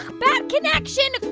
ah bad connection.